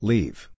Leave